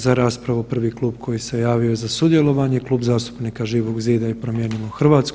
Za raspravu prvi klub koji se javio za sudjelovanje Klub zastupnika Živog zida i Promijenimo Hrvatsku.